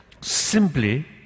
Simply